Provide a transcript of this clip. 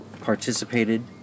participated